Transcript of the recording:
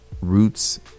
roots